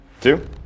two